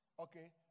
Okay